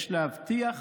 יש להבטיח